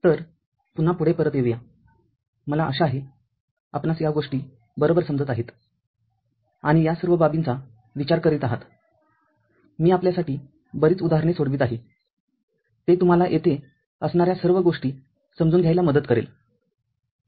तर पुन्हा पुढे परत येऊया मला आशा आहे आपणास या गोष्टी बरोबर समजत आहेत आणि या सर्व बाबींचा विचार करीत आहात मी आपल्यासाठी बरीच उदाहरणे सोडवित आहेते तुम्हाला येथे असणाऱ्या सर्व गोष्टी समजून घ्यायला मदत करेल